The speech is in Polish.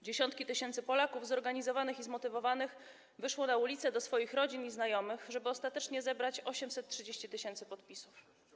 Dziesiątki tysięcy Polaków zorganizowanych i zmotywowanych wyszło na ulice, do swoich rodzin i znajomych, żeby ostatecznie zebrać 830 tys. podpisów.